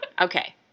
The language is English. okay